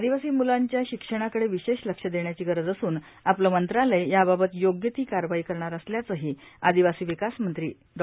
आदिवासी मुलांच्या शिक्षणाकाे विशेष लक्ष देण्याची गरज असूनए आपलं मंत्रालय याबाबत योग्य ती कारवाई करणार असल्याचंही आदिवासी विकास मंत्री ॉ